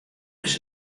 dus